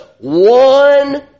one